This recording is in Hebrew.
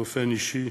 באופן אישי,